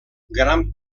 gran